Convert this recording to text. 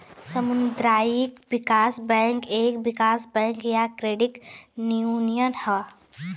सामुदायिक विकास बैंक एक विकास बैंक या क्रेडिट यूनियन हौ